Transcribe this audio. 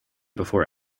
before